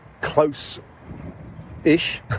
close-ish